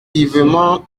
vivement